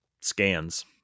scans